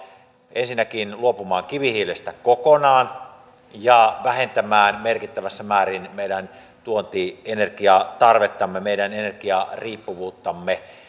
ensinnäkin luopumaan kivihiilestä kokonaan ja vähentämään merkittävässä määrin meidän tuonti energiatarvettamme meidän energiariippuvuuttamme